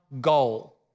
goal